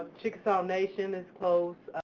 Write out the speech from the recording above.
chickasaw nation is close.